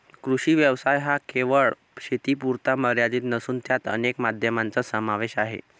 कृषी व्यवसाय हा केवळ शेतीपुरता मर्यादित नसून त्यात अनेक माध्यमांचा समावेश आहे